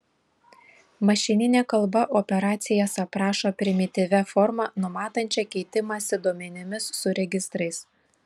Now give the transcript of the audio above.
mašininė kalba operacijas aprašo primityvia forma numatančia keitimąsi duomenimis su registrais